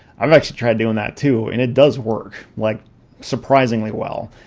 i've actually tried doing that too and it does work like surprisingly well.